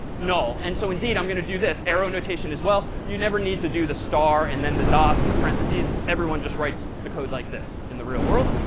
null. and so indeed, i'm going to do this arrow notation as well. you never need to do the star and then the dots and the parentheses. everyone just writes the code like this in the real world.